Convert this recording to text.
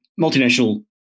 multinational